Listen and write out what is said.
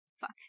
Fuck